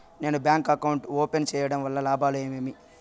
నేను bank account open సేయడం వల్ల లాభాలు ఏమేమి?